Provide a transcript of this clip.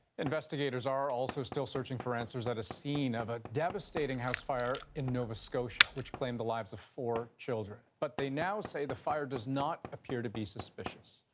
investigators are also still searching for answers at a scene of a devastating house fire in nova scotia which claimed the lives of four children. but they now say that the fire does not appear to be suspicious.